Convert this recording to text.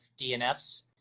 DNFs